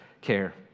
care